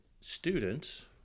students